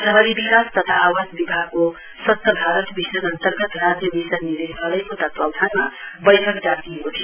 शहरी विकास तथा आवास बिभागको स्वच्छ भारत मिशन अन्तर्गत राज्य मिशन निदेशालयको तत्वावधानमा बैठक डाकिएको थियो